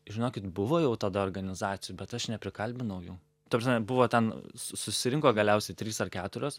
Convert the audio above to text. žinokit buvo jau tada organizacijų bet aš neprikalbinau jų ta prasme buvo ten su susirinko galiausiai trys ar keturios